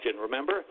remember